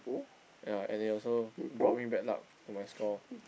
ya and he also brought me bad luck to my score